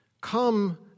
come